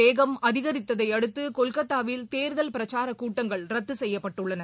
வேகம் அதிகரித்ததையடுத்து கொல்கத்தாவில் தேர்தல் பிரச்சாரக்கூட்டங்கள் மழையின் ரத்துசெய்யப்பட்டுள்ளன